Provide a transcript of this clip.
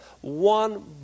one